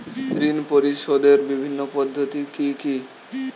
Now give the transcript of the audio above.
ঋণ পরিশোধের বিভিন্ন পদ্ধতি কি কি?